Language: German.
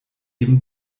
eben